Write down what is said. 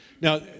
now